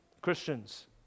Christians